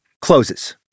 closes